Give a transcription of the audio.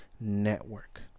network